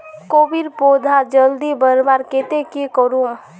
कोबीर पौधा जल्दी बढ़वार केते की करूम?